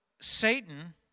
Satan